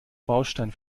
baustein